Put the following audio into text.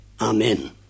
Amen